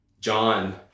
John